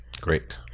great